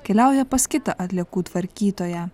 keliauja pas kitą atliekų tvarkytoją